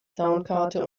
soundkarte